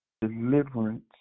deliverance